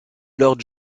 lord